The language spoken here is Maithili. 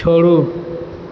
छोड़ू